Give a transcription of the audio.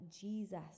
Jesus